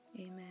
Amen